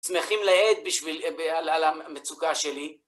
שמחים לעיד על המצוקה שלי.